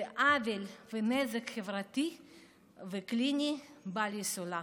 זה עוול ונזק חברתי וקליני בל-יסולח.